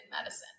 medicine